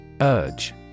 Urge